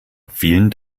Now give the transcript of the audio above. vielen